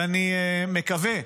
ואני מקווה,